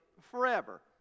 forever